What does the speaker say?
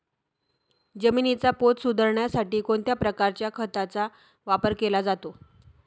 जमिनीचा पोत सुधारण्यासाठी कोणत्या प्रकारच्या खताचा वापर केला जातो?